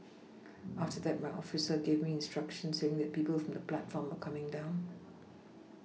after that my officer gave me instructions saying that people from the platform were coming down